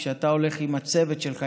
כשאתה הולך עם הצוות שלך,